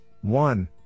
one